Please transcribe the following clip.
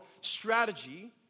strategy